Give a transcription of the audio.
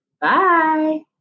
Bye